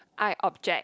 I object